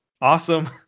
awesome